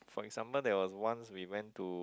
for example there was once we went to